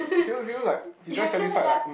he looks he looks like he's very satisfied like mm